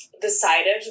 decided